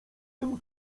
tym